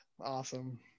awesome